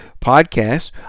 podcast